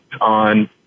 on